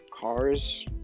cars